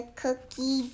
cookie